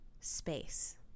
space